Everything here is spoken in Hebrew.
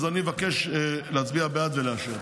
אז אני מבקש להצביע בעד ולאשר.